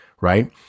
right